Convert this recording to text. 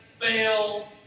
fail